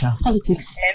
politics